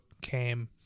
came